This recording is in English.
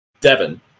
Devin